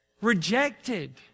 rejected